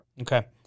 okay